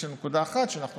יש רק נקודה אחת שאנחנו